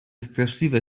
straszliwe